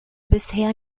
bisher